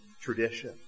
tradition